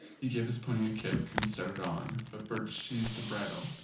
he gave his pony a kick and started on, but birch seized the bridle.